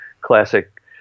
classic